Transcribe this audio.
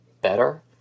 better